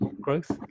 growth